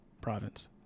province